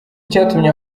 icyatumye